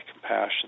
compassion